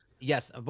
Yes